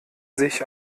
sich